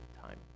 time